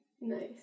Nice